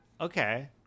okay